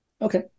Okay